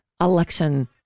election